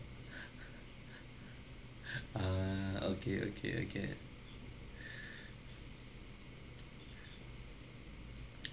ah okay okay okay